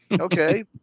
Okay